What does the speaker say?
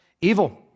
evil